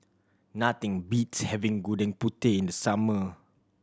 nothing beats having Gudeg Putih in the summer